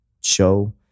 show